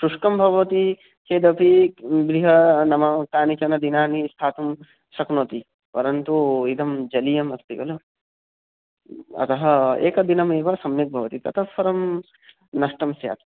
शुष्कं भवति चेदपि गृह्ं नाम कानिचन दिनानि स्थातुं शक्नोति परन्तु इदं जलीयम् अस्ति खलु अतः एकदिनमेव सम्यक् भवति ततः परं नष्टं स्यात्